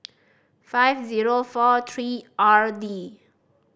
five zero four three R D